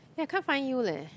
eh I can't find you leh